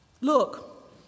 look